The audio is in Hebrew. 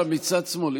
צד שמאל,